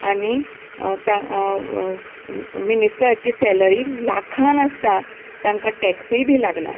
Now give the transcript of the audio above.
आनी ताक मिनीस्टराची सॅलरी लाखान आसता तांकां टॅक्सय बी लागनात